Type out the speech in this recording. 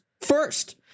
first